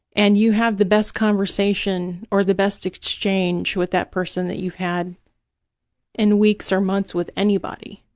and you have the best conversation or the best exchange with that person that you've had in weeks or months with anybody.